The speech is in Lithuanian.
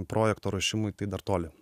projekto ruošimui tai dar toli